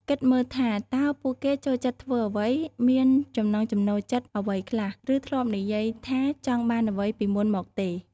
គិតមើលថា តើពួកគេចូលចិត្តធ្វើអ្វី? មានចំណង់ចំណូលចិត្តអ្វីខ្លះ? ឬធ្លាប់និយាយថាចង់បានអ្វីពីមុនមកទេ?។